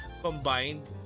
combined